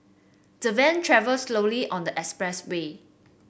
the van travelled slowly on the expressway